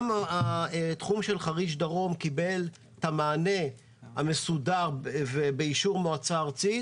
גם התחום של חריש דרום קיבל את המענה המסודר באישור מועצה ארצית,